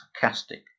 sarcastic